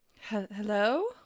Hello